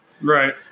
Right